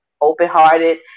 open-hearted